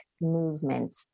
movement